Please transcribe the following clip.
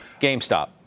GameStop